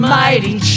mighty